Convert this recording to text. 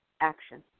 action